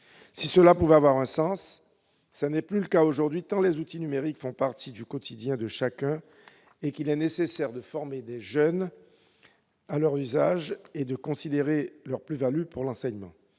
a pu avoir un sens, ce n'est plus le cas aujourd'hui, tant les outils numériques font partie du quotidien de chacun. Il est nécessaire de former les jeunes à leur usage et de considérer les plus-values qu'ils apportent